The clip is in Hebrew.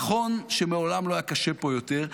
נכון שמעולם לא היה קשה פה יותר,